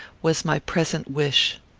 was my present wish.